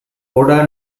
oda